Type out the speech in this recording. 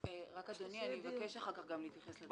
אדוני, אחר כך נרצה להתייחס לדברים.